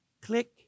Click